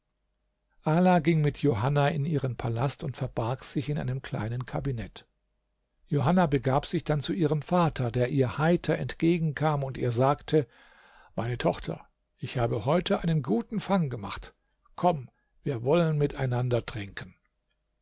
ala ging mit johanna in ihren palast und verbarg sich in einem kleinen kabinett johanna begab sich dann zu ihrem vater der ihr heiter entgegenkam und ihr sagte meine tochter ich habe heute einen guten fang gemacht komm wir wollen miteinander trinken